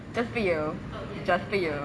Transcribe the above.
just for you just for you